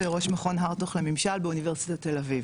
וראש מכון הרטוך לממשל באוניברסיטת ת"א.